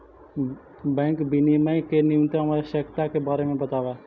bank विनियमन के न्यूनतम आवश्यकता के बारे में बतावऽ